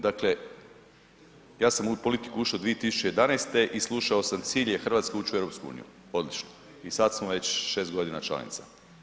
Dakle, ja sam u politiku ušao 2011. i slušao sam cilj je Hrvatske ući u EU, odlično, i sada smo već šest godina članica.